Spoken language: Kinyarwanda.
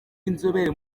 inzobere